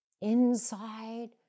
inside